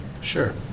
Sure